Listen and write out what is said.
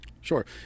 sure